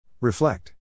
Reflect